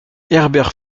herbert